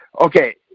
okay